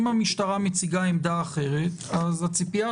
אם המשטרה מציגה עמדה אחרת אז הציפייה